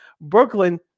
Brooklyn